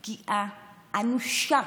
ואנחנו מדברים על פגיעה אנושה